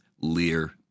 Lear